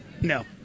No